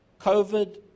COVID